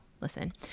listen